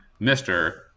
Mr